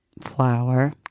flour